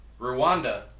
Rwanda